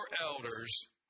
elders